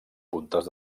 puntes